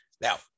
Now